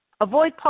Avoid